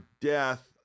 death